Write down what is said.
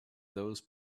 those